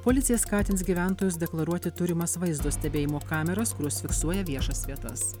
policija skatins gyventojus deklaruoti turimas vaizdo stebėjimo kameras kurios fiksuoja viešas vietas